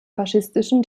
faschistischen